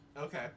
Okay